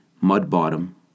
mud-bottom